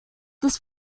this